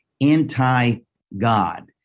anti-God